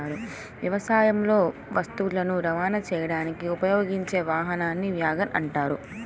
వ్యవసాయంలో వస్తువులను రవాణా చేయడానికి ఉపయోగించే వాహనాన్ని వ్యాగన్ అంటారు